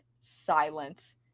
silence